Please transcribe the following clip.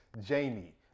Jamie